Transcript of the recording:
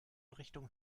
richtung